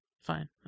Fine